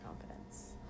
confidence